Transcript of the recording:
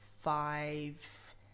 five